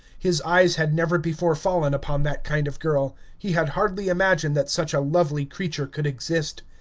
his eyes had never before fallen upon that kind of girl he had hardly imagined that such a lovely creature could exist.